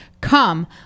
Come